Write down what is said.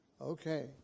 okay